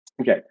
Okay